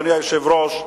אדוני היושב-ראש,